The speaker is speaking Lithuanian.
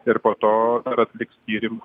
ir po to ir atliks tyrim